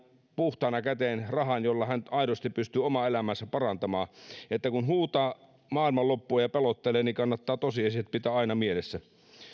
puhtaana käteen todella merkittävän rahan jolla hän aidosti pystyy omaa elämäänsä parantamaan eli kun huutaa maailmanloppua ja pelottelee niin kannattaa tosiasiat pitää aina mielessä